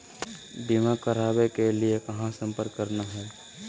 बीमा करावे के लिए कहा संपर्क करना है?